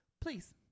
Please